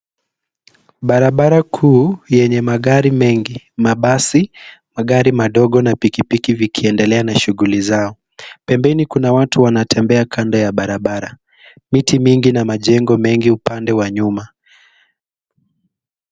Barabara kuu yenye magari mengi, mabasi, magari madogo na pikipiki vikiendelea na shughuli zao. Pembeni kuna watu wanatembea kando ya barabara. Miti mingi na majengo mengi upande wa nyuma.